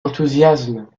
enthousiasme